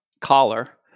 collar